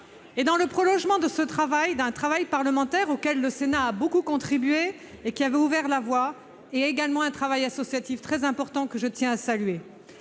-, dans le prolongement d'un travail parlementaire, auquel le Sénat a beaucoup contribué et qui a ouvert la voie, ainsi que d'un travail associatif très important, que je tiens à saluer.